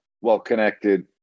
well-connected